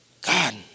God